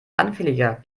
anfälliger